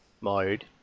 mode